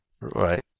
right